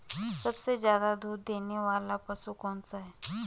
सबसे ज़्यादा दूध देने वाला पशु कौन सा है?